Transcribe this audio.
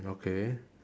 okay